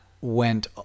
went